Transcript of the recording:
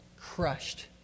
Crushed